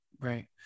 Right